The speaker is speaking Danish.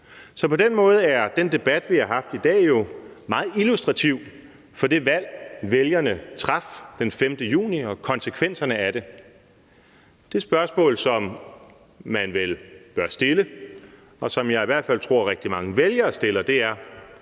Så på den måde er den debat, vi har haft i dag, jo meget illustrativ for det valg, vælgerne traf den 5. juni, og konsekvenserne af det. Det spørgsmål, som man vel bør stille, og som jeg i hvert fald tror rigtig mange vælgere stiller, er: